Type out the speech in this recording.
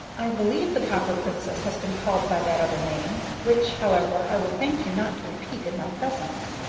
i believe the copper princess has been called by that other name, which, however, i will thank you not to repeat in my presence.